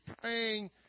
Praying